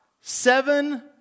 seven